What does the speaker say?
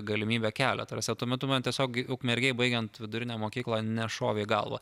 galimybę kelią ta prasme tuo metu man tiesiog ukmergėj baigiant vidurinę mokyklą nešovė į galvą